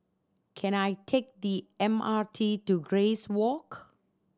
can I take the M R T to Grace Walk